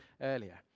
earlier